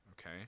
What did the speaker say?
okay